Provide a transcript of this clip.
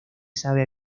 sabe